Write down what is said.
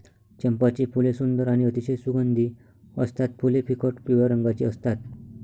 चंपाची फुले सुंदर आणि अतिशय सुगंधी असतात फुले फिकट पिवळ्या रंगाची असतात